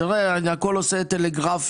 תראה, אני הכול עושה טלגרפית.